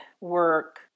work